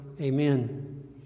Amen